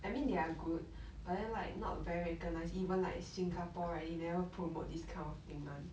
I mean they are good but then like not very recognised even like singapore right they never promote this kind of thing [one]